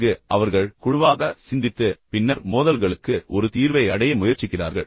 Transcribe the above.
அங்கு அவர்கள் குழுவாக சிந்தித்து பின்னர் மோதல்களுக்கு ஒரு தீர்வை அடைய முயற்சிக்கிறார்கள்